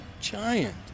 giant